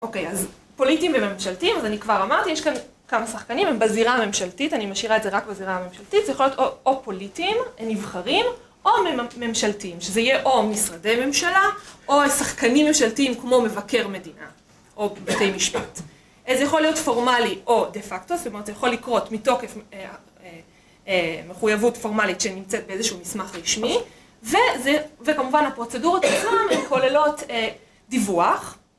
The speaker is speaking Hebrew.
אוקיי, אז פוליטיים וממשלתיים, אז אני כבר אמרתי, יש כאן כמה שחקנים, הם בזירה הממשלתית, אני משאירה את זה רק בזירה הממשלתית, זה יכול להיות או פוליטיים, הנבחרים, או ממשלתיים, שזה יהיה או משרדי ממשלה או שחקנים ממשלתיים כמו מבקר מדינה או בתי משפט, זה יכול להיות פורמלי או de facto, זאת אומרת, זה יכול לקרות מתוקף המחויבות פורמלית שנמצאת באיזשהו מסמך רשמי, וזה, וכמובן הפרוצדורות עצמן, הן כוללות דיווח